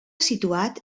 situat